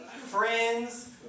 friends